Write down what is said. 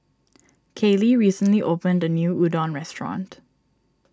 Kaylee recently opened a new Udon restaurant